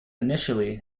initially